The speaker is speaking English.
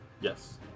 Yes